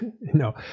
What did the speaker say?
No